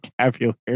vocabulary